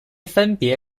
分别